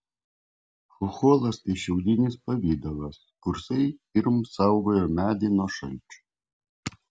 chocholas tai šiaudinis pavidalas kursai pirm saugojo medį nuo šalčio